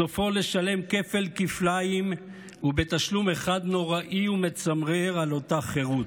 סופו לשלם כפל כפליים על אותה חירות,